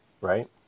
right